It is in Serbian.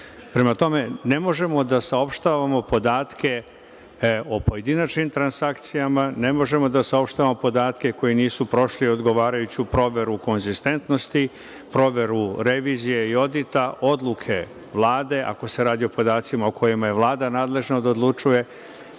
nas. Prema tome, ne možemo da saopštavamo podatke o pojedinačnim transakcijama, ne možemo da saopštavamo podatke koji nisu prošli odgovarajuću proveru konzistentnosti, proveru revizije i odluke Vlade, ako se radi o podacima o kojima je Vlada nadležna da odlučuje,